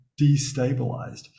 destabilized